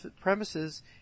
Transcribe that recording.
premises